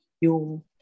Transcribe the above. yung